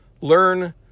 learn